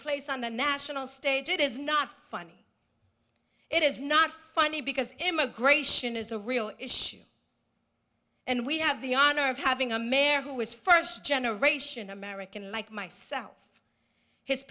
place on the national stage it is not funny it is not funny because immigration is a real issue and we have the honor of having a mayor who was first generation american like myself his